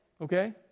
okay